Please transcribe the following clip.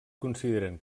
consideren